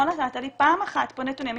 לא נתת לי פעם אחת פה נתונים,